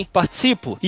participo